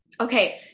Okay